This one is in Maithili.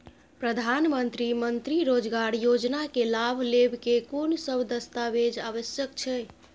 प्रधानमंत्री मंत्री रोजगार योजना के लाभ लेव के कोन सब दस्तावेज आवश्यक छै?